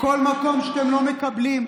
לא נעים לי.